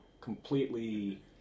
Completely